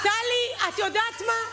טלי, את יודעת מה?